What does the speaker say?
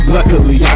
Luckily